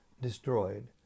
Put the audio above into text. destroyed